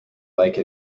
like